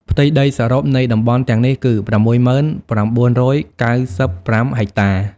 ផ្ទៃដីសរុបនៃតំបន់ទាំងនេះគឺ ៦០,៩៩៥ ហិកតា។